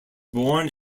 born